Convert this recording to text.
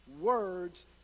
words